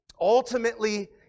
Ultimately